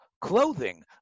clothing